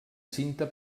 cinta